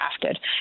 drafted